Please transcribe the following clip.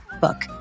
book